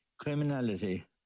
criminality